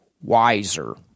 wiser